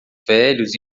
velhos